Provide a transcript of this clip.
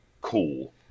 Cool